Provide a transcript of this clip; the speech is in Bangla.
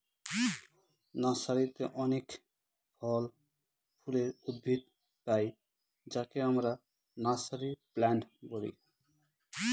নার্সারিতে অনেক ফল ফুলের উদ্ভিদ পাই যাকে আমরা নার্সারি প্লান্ট বলি